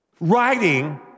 writing